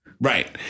Right